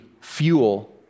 fuel